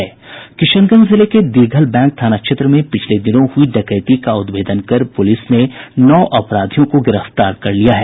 किशनगंज जिले के दिघलबैंक थाना क्षेत्र में पिछले दिनों हुयी डकैती का उद्भेदन कर प्रलिस ने नौ अपराधियों को गिरफ्तार कर लिया है